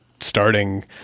starting